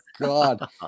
God